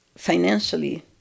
financially